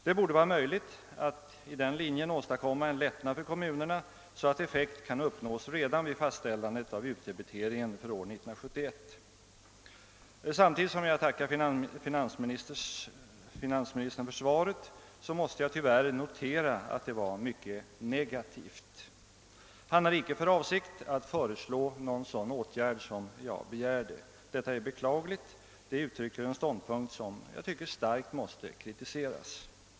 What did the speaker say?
Det borde vara möjligt att i linje med denna motions krav åstadkomma en lättnad för kommunerna på sådant sätt att effekt kan uppnås redan vid fastställandet av utdebiteringen för år 1971. Samtidigt som jag tackar finansministern för svaret på min interpellation, måste jag tyvärr notera, att det var mycket negativt. Han har icke för avsikt att föreslå någon sådan åtgärd som jag begärt. Detta är beklagligt. Det uttrycker en ståndpunkt som jag tycker starkt måste kritiseras.